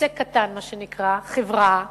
עוסק קטן, מה שנקרא, חברה גדולה,